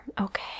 Okay